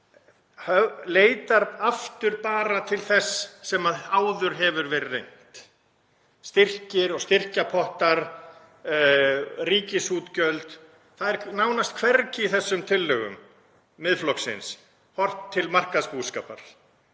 leitar aftur bara til þess sem áður hefur verið reynt; styrkir og styrkjapottar, ríkisútgjöld. Það er nánast hvergi í þessum tillögum Miðflokksins horft til markaðsbúskapar.